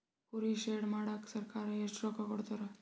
ಕುರಿ ಶೆಡ್ ಮಾಡಕ ಸರ್ಕಾರ ಎಷ್ಟು ರೊಕ್ಕ ಕೊಡ್ತಾರ?